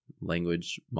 language